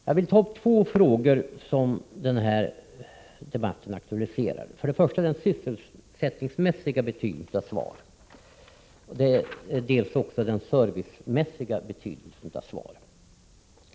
Jag vill ta upp två frågor som aktualiseras i detta sammanhang. Det gäller för det första den sysselsättningsmässiga betydelsen av SVAR och för det andra den servicemässiga betydelsen av SVAR.